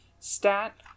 stat